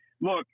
Look